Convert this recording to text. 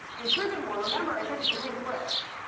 and furthermore, remember, i said it's a linked list.